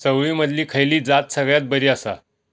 चवळीमधली खयली जात सगळ्यात बरी आसा?